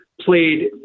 played